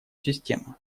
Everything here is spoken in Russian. систему